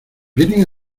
vienen